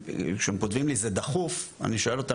כשהם כותבים לי "זה דחוף" אני שואל אותם,